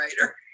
writer